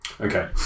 Okay